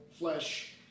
flesh